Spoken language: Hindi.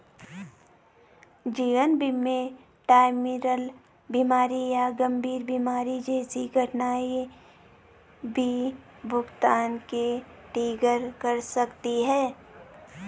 जीवन बीमा में टर्मिनल बीमारी या गंभीर बीमारी जैसी घटनाएं भी भुगतान को ट्रिगर कर सकती हैं